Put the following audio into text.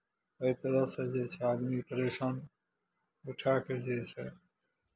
एहि तरहसँ जे छै आदमी परेशानी उठा कऽ जे छै